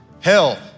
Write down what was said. Hell